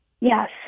Yes